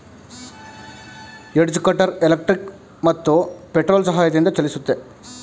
edge cutter electric ಮತ್ತು petrol ಸಹಾಯದಿಂದ ಚಲಿಸುತ್ತೆ